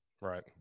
Right